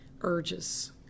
urges